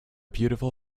beautiful